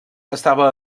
estava